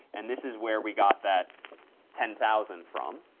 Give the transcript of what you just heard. and this is where we got that ten thousand from.